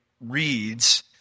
reads